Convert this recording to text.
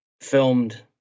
filmed